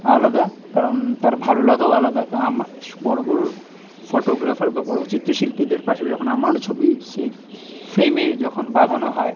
আলাদা কারণ তার ভালো লাগাও আলাদা তো আমাস বড় বড় ফটোগ্রাফার বা বড় চিত্রশিল্পীদের পাশাপাশি যখন আমার ছবি সেই ফ্রেমে যখন বাঁধানো হয়